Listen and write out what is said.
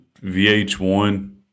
VH1